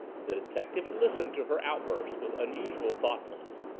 the detective had listened to her outburst with unusual thoughtfulness.